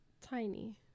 tiny